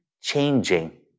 changing